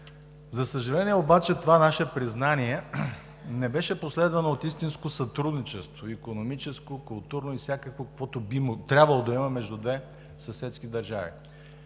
За съжаление обаче, това наше признание не беше последвано от истинско сътрудничество – икономическо, културно и всякакво, каквито би трябвало да има между две съседски държави.